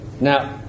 now